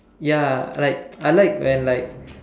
ya like I like when like